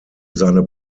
seine